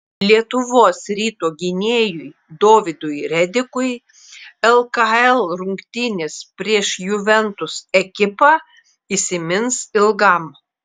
lietuvos ryto gynėjui dovydui redikui lkl rungtynės prieš juventus ekipą įsimins ilgam